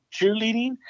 cheerleading